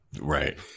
Right